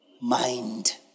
mind